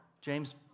James